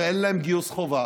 הרי אין להם גיוס חובה,